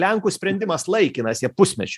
lenkų sprendimas laikinas jie pusmečiui